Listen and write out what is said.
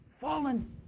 fallen